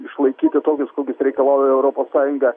išlaikyti tokius kokius reikalauja europos sąjunga